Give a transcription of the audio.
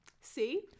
see